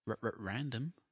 Random